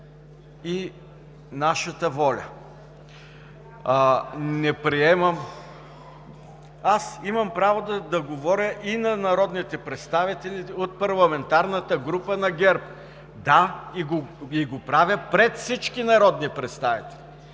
„БСП за България“.) Аз имам право да говоря и на народните представители от парламентарната група на ГЕРБ. Да, и го правя пред всички народни представители.